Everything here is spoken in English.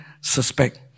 suspect